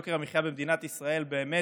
יוקר המחיה במדינת ישראל, באמת,